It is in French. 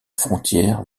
frontière